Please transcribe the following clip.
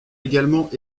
également